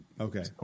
Okay